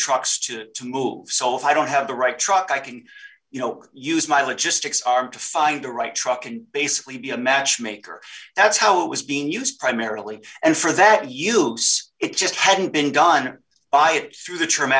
trucks to to move so if i don't have the right truck i can you know use my logistics arm to find the right truck and basically be a match maker that's how it was being used primarily and for that use it just hadn't been done by it through the t